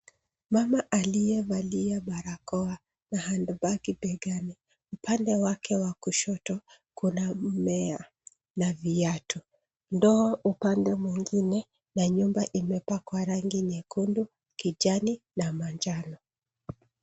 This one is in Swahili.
Mama aliyevalia barakoa na handbag begani upande wake wa kushoto kuna mmea na viatu. Ndoo upande mwingine na nyumba imepakwa rangi nyekundu, kijani na manjano.